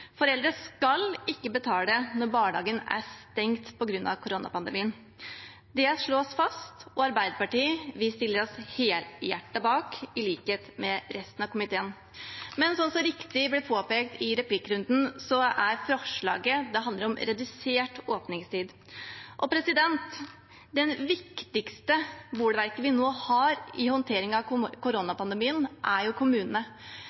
Foreldre skal ikke betale når barnehagen er stengt på grunn av koronapandemien. Det slås fast, og vi i Arbeiderpartiet stiller oss helhjertet bak, i likhet med resten av komiteen. Som det riktig ble påpekt i replikkrunden, handler forslaget om redusert åpningstid. Det viktigste bolverket vi nå har i håndteringen av koronapandemien, er jo kommunene,